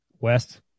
West